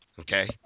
Okay